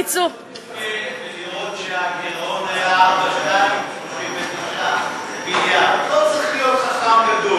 את צריכה לעשות גוגל ולראות שהגירעון היה 4.2. לא צריך להיות חכם גדול.